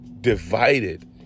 divided